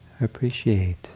appreciate